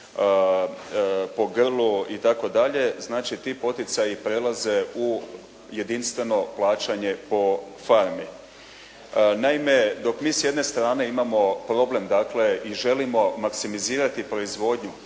po grlu itd. Znači, ti poticaji prelaze u jedinstveno plaćanje po farmi. Naime, dok mi s jedne strane imamo problem dakle i želimo maksimizirati proizvodnju,